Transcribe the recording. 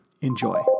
Enjoy